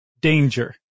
Danger